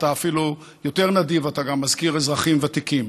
אתה אפילו יותר נדיב, אתה גם מזכיר אזרחים ותיקים.